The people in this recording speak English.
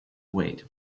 wait